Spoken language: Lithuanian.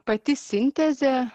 pati sintezė